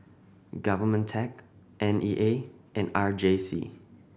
Government tech N E A and R J C